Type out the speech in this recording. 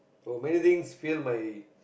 so many things fill my